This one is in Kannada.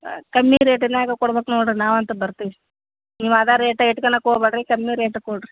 ಕಮ್ಮಿ ರೇಟಿನ್ಯಾಗ ಕೊಡ್ಬೇಕು ನೋಡಿರಿ ನಾವಂತೂ ಬರ್ತೀವಿ ನೀವು ಅದೆ ರೇಟ್ ಇಟ್ಕೊಳ್ಳೋಕೆ ಕೂರಬೇಡ್ರಿ ಕಮ್ಮಿ ರೇಟಿಗೆ ಕೊಡ್ರಿ